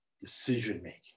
decision-making